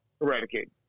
eradicated